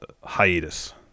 hiatus